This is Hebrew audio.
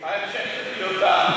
מיקי, ההמשך מיותר.